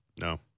no